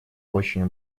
очень